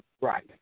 right